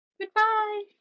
Goodbye